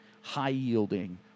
high-yielding